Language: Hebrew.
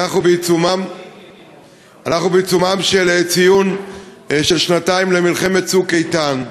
אנחנו בעיצומו של ציון של שנתיים למלחמת "צוק איתן",